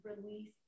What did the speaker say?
release